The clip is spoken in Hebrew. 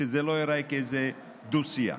שזה לא ייראה כאיזה דו-שיח.